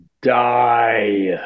die